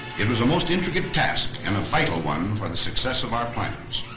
it was a most intricate task and a vital one for the success of our plans.